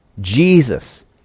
Jesus